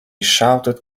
shouted